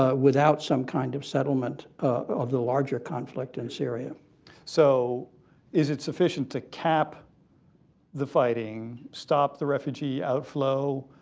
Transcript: ah without some kind of settlement of the larger conflict in syria. calabresi so is it sufficient to cap the fighting, stop the refugee outflow,